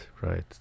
right